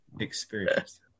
Experience